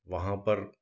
वहाँ पर